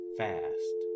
fast